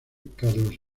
carlos